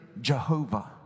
Jehovah